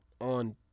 on